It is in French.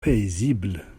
paisible